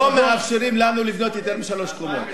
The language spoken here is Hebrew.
לא מאפשרים לנו לבנות יותר משלוש קומות.